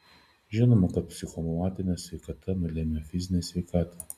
žinoma kad psichosomatinė sveikata nulemia fizinę sveikatą